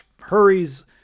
hurries